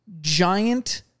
giant